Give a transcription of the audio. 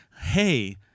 hey